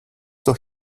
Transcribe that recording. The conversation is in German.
doch